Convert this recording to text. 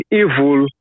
evil